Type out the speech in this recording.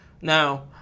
Now